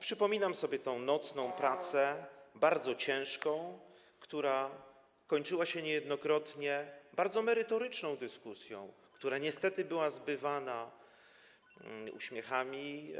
Przypominam sobie tę nocną pracę, bardzo ciężką, która kończyła się niejednokrotnie bardzo merytoryczną dyskusją, która niestety była zbywana uśmiechami.